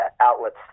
outlets